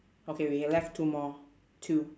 okay we have left two more two